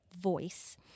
voice